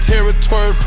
Territory